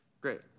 Great